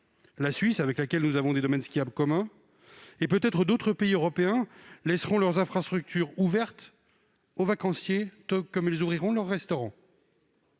la Suisse avec laquelle nous avons des domaines skiables communs, et peut-être d'autres pays laisseront leurs infrastructures ouvertes aux vacanciers, tout comme ils ouvriront leurs restaurants.